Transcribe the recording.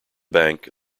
bank